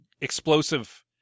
explosive